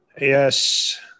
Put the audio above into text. Yes